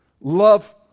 love